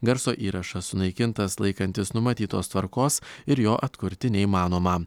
garso įrašas sunaikintas laikantis numatytos tvarkos ir jo atkurti neįmanoma